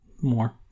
more